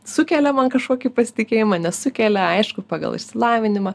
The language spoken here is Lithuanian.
sukelia man kažkokį pasitikėjimą nesukelia aišku pagal išsilavinimą